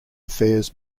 affairs